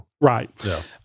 Right